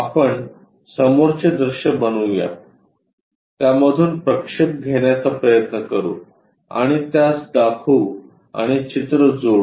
आपण समोरचे दृश्य बनवूया त्यामधून प्रक्षेप घेण्याचा प्रयत्न करू आणि त्यास दाखवू आणि चित्र जोडू